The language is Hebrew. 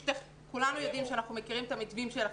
כולנו יודעים שאנחנו מכירים את המתווים שלכם,